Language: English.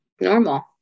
normal